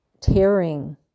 tearing